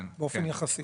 באופן יחסי.